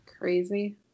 Crazy